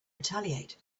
retaliate